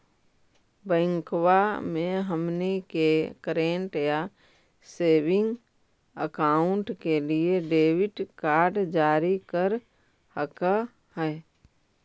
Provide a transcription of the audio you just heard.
बैंकवा मे हमनी के करेंट या सेविंग अकाउंट के लिए डेबिट कार्ड जारी कर हकै है?